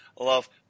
Love